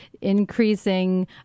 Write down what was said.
increasing